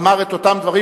אמר את אותם דברים,